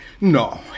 No